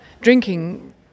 Drinking